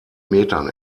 metern